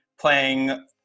playing